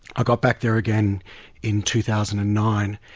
i got back there again in two thousand and nine,